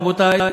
רבותי,